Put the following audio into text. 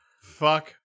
Fuck